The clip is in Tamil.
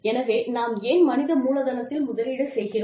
எனவே நாம் ஏன் மனித மூலதனத்தில் முதலீடு செய்கிறோம்